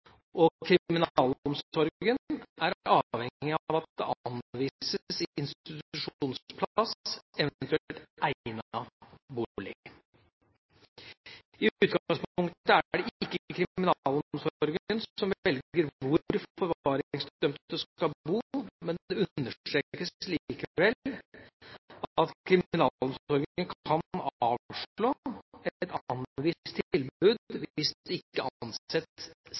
og kriminalomsorgen er avhengig av at det anvises institusjonsplass, eventuelt egnet bolig. I utgangspunktet er det ikke kriminalomsorgen som velger hvor forvaringsdømte skal bo, men det understrekes likevel at kriminalomsorgen kan avslå et anvist tilbud hvis det ikke